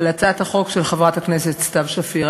על הצעת החוק של חברת הכנסת סתיו שפיר.